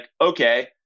okay